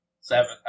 Seven